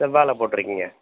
செவ்வாழை போட்டிருக்கீங்க